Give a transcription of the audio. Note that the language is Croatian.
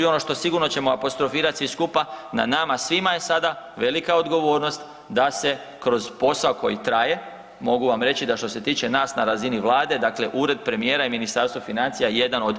I ono što sigurno ćemo apostrofirati svi skupa, na nama svima je sada velika odgovornost da se kroz posao koji traje, mogu vam reći da što se tiče nas na razini vlade, dakle ured premijera i Ministarstvo financija je jedan od